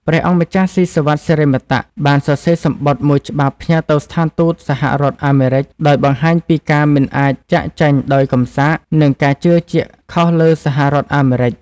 ព្រះអង្គម្ចាស់ ស៊ីសុវត្ថិ សិរិមតៈ បានសរសេរសំបុត្រមួយច្បាប់ផ្ញើទៅស្ថានទូតសហរដ្ឋអាមេរិក ដោយបង្ហាញពីការមិនអាចចាកចេញដោយកំសាក និងការជឿជាក់ខុសលើសហរដ្ឋអាមេរិក។